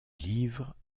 livre